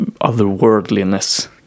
otherworldliness